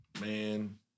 man